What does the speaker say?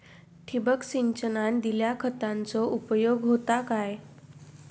ठिबक सिंचनान दिल्या खतांचो उपयोग होता काय?